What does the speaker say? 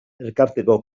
elkarteko